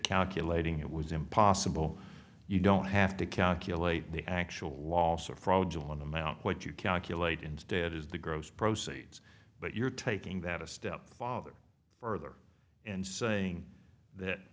calculating it was impossible you don't have to calculate the actual loss or fraudulent amount what you calculate instead is the gross proceeds but you're taking that a step father further and saying that